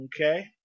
Okay